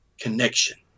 connection